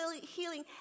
healing